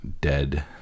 dead